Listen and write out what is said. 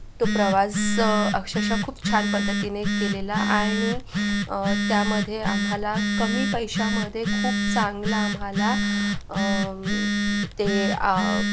तो प्रवास अक्षरशः खूप छान पद्धतीने केलेला आणि त्यामध्ये आम्हाला कमी पैशामध्ये खूप चांगलं आम्हाला ते